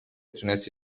تونست